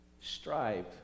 strive